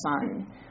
son